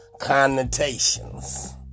connotations